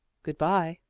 good-bye.